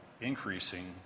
increasing